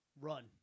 Run